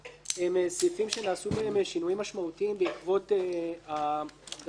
נעשו בהם שינויים משמעותיים בעקבות גם הערות